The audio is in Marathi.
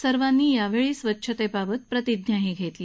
सर्वांनी यावेळी स्वच्छतेबाबत प्रतिज्ञाही घेतली